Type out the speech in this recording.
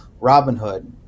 Robinhood